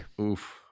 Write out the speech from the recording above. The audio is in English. Oof